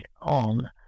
on